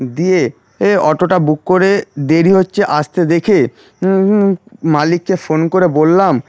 দিয়ে এই অটোটা বুক করে দেরি হচ্ছে আসতে দেখে মালিককে ফোন করে বললাম